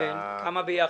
כמה ביחד?